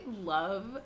love